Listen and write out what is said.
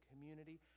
community